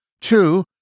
Two